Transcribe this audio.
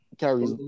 carries